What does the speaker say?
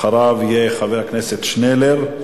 אחריו יהיו חבר הכנסת שנלר,